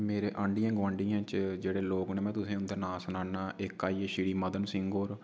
मेरे आन्डियें गोआंडियें च जेह्ड़े लोक न मैं तुसेंगी उन्दा नांऽ सनानां इक आई गे श्री मदन सिंह होर